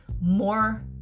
more